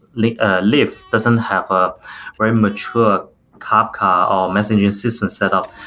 like ah lyft doesn't have a very mature kafka or messaging system set up,